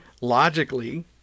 Logically